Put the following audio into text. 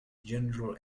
general